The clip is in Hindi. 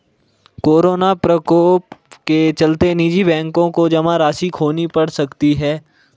कोरोना प्रकोप के चलते निजी बैंकों को जमा राशि खोनी पढ़ सकती है